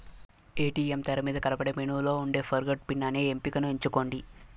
ATM తెరమీద కనబడే మెనూలో ఉండే ఫర్గొట్ పిన్ అనే ఎంపికని ఎంచుకోండి